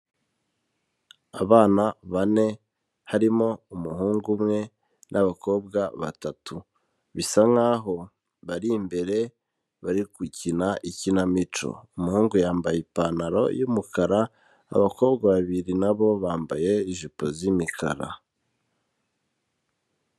Abana bane harimo umuhungu umwe n''abakobwa batatu, bisa nk'aho bari imbere bari gukina ikinamico, umuhungu yambaye ipantaro y'umukara, abakobwa babiri na bo bambaye ijipo z'imikara.